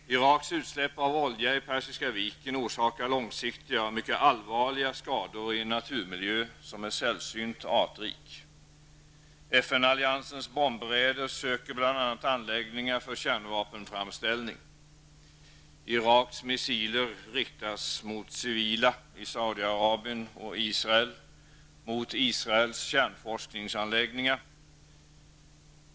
Iraks utsläpp av olja i Persiska viken orsakar långsiktiga och mycket allvarliga skador i en naturmiljö som är sällsynt artrik. FN-alliansens bombräder söker bl.a. anläggningar för kärnvapenframställning. Iraks missiler riktas mot civila i Saudiarabien och Israel och mot Israels kärnforskningsanläggningar.